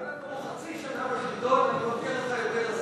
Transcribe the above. תן לנו חצי שנה בשלטון, אני מבטיח לך יותר עשייה.